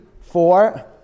four